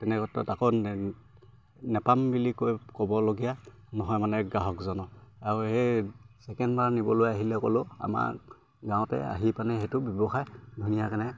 তেনেকুৱা আকৌ নেপাম বুলি কৈ ক'বলগীয়া নহয় মানে গ্ৰাহকজনক আৰু সেই ছেকেণ্ডবাৰ নিবলৈ আহিলে ক'লেও আমাৰ গাঁৱতে আহি পানে সেইটো ব্যৱসায় ধুনীয়াকে